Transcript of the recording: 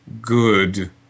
good